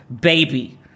baby